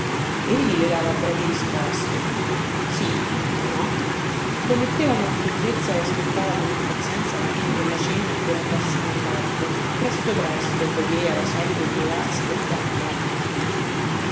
egli le dava brevi risposte sì no prometteva con freddezza e aspettava con impazienza la fine della cena per andarsene a letto presto presto poiché era solito di levarsi per tempo la mattina